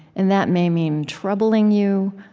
and that may mean troubling you,